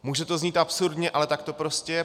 Může to znít absurdně, ale tak to prostě je.